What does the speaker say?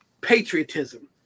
Patriotism